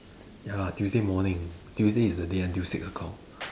ya lah Tuesday morning Tuesday is the day until six o-clock